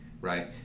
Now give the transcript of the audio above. right